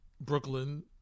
Brooklyn